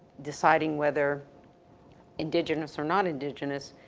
deciding whether indigenous or not indigenous,